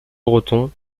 breton